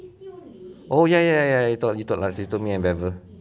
oh ya ya ya I thought you talk last year to me I remember